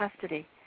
custody